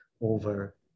over